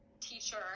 teacher